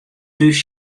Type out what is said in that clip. thús